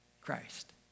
Christ